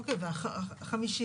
אוקיי, והחמישי?